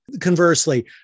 Conversely